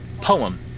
poem